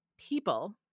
people